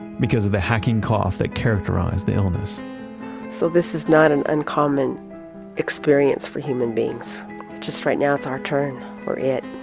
because of the hacking cough that characterize the illness so this is not an uncommon experience for human beings. it's just right now, it's our turn for it.